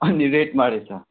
अनि रेडमा रहेछ